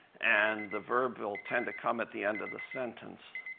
and the verb will tend to come at the end of the sentence.